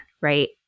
right